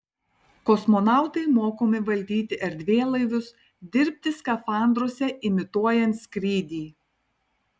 kosmonautai mokomi valdyti erdvėlaivius dirbti skafandruose imituojant skrydį